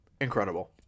Incredible